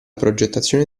progettazione